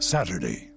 Saturday